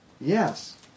Yes